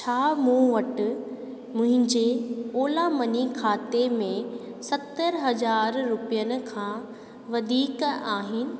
छा मूं वटि मुंहिंजे ओला मनी खाते में सतरि हज़ार रुपियनि खां वधीक आहिनि